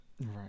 right